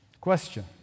Question